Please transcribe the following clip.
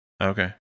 Okay